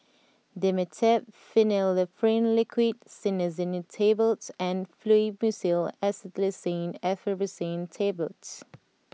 Dimetapp Phenylephrine Liquid Cinnarizine Tablets and Fluimucil Acetylcysteine Effervescent Tablets